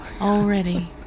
already